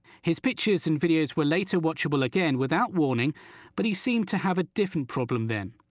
his pictures and videos were later watchable again without warning but he seemed to have a different problem then.